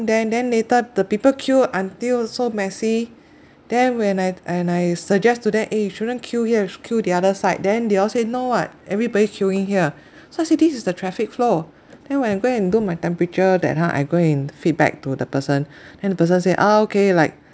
then then later the people queue until so messy then when I and I suggest to them eh you shouldn't queue here you should queue the other side then they all say no [what] everybody queueing here so I say this is the traffic flow then when I go and do my temperature that time I go and feedback to the person then the person say oh okay like